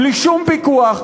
בלי שום פיקוח,